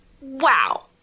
wow